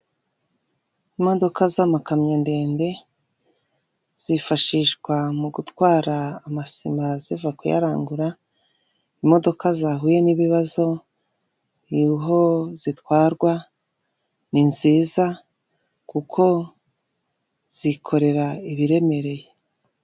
Imodoka z'amakamyo ndende zifashishwa mu gutwara amasima ziva kuyarangura, imodoka zahuye n'ibibazo ni ho zitwarwa, ni nziza kuko zikorera ibiremereye.